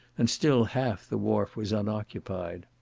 and still half the wharf was unoccupied.